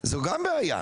זו גם בעיה,